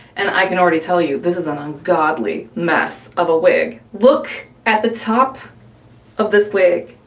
and i can already tell you this is an ungodly mess of a wig. look at the top of this wig,